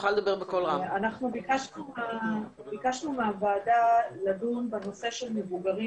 ביקשנו מהוועדה לדון בנושא של מבוגרים